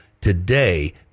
today